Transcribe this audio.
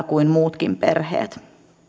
kuin muutkin perheet